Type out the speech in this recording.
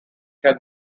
can